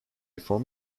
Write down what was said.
form